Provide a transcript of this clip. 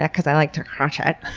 yeah, cause i like to cronch it.